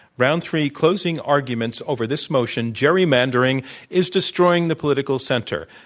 round three, closing arguments, over this motion gerrymandering is destroying the political center.